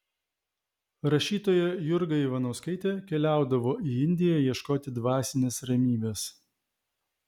rašytoja jurga ivanauskaitė keliaudavo į indiją ieškoti dvasinės ramybės